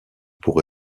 pour